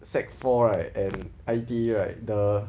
sec four right and I_T right the